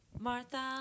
Martha